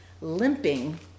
limping